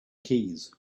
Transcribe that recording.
keys